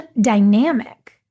dynamic